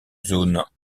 zone